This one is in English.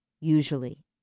Usually